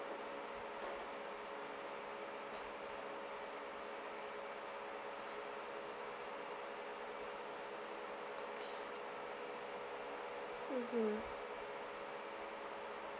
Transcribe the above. mmhmm